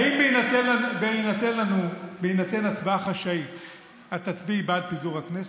האם בהינתן הצבעה חשאית את תצביעי בעד פיזור הכנסת?